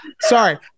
Sorry